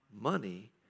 money